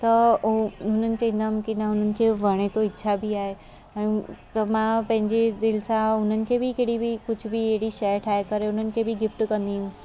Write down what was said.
त उहे उन्हनि चईंदा की न उन्हनि खे वणे थो ईच्छा बि आहे ऐं त मां पंहिंजी दिलि सां उन्हनि खे बि कहिड़ी बि कुझु बि अहिड़ी शइ ठाहे करे उन्हनि खे बि गिफ़्ट कंदी हुअमि